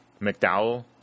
McDowell